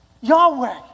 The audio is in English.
Yahweh